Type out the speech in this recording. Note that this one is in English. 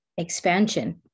expansion